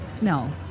No